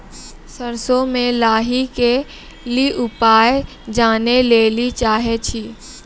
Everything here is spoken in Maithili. सरसों मे लाही के ली उपाय जाने लैली चाहे छी?